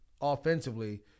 offensively